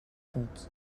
tots